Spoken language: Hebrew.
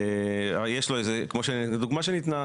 יש לו איזה, זה דוגמה שניתנה.